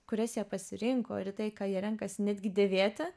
kurias jie pasirinko ir į tai ką jie renkasi netgi dėvėti